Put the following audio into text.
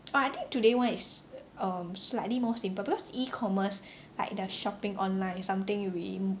but I think today one is um slightly more simple because E-commerce like the shopping online is something we